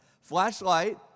Flashlight